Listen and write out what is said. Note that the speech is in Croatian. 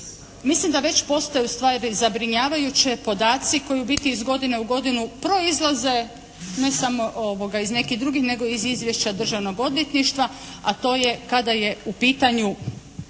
mislim da već postaju ustvari zabrinjavajuće podaci koji u biti iz godine u godinu proizlaze ne samo iz nekih drugih, nego iz izvješća Državnog odvjetništva, a to je kada je u pitanju